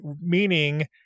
meaning